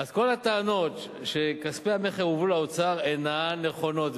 אז כל הטענות שכספי המכר הועברו לאוצר אינן נכונות.